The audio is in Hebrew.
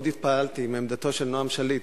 מאוד התפעלתי מעמדתו של נועם שליט.